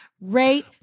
rate